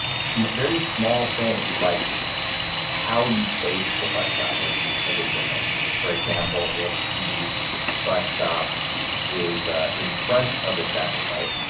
some very small things like how you place the bus stop makes a big difference. for example, if the bus stop is ah in front of the traffic light,